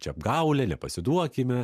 čia apgaulė nepasiduokime